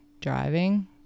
driving